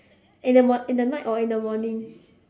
in the morn~ in the night or in the morning